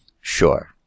Sure